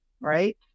right